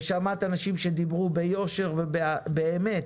ושמעת אנשים שדיברו ביושר ובאמת